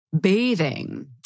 bathing